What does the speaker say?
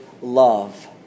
love